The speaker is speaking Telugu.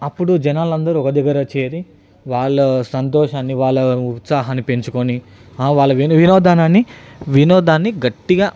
అప్పుడు జనాలు అందరు ఒక దగ్గర చేరి వాళ్ళ సంతోషాన్ని వాళ్ళ ఉత్సాహాన్ని పెంచుకోని వాళ్ళు వినొ వినోదానాన్ని వినోదాన్ని గట్టిగా